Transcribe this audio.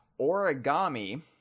Origami